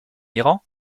iran